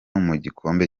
mugikombe